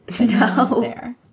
No